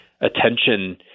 attention